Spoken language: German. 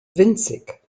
winzig